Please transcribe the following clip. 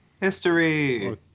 History